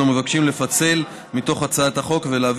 אנו מבקשים לפצל מתוך הצעת החוק ולהביא